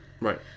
Right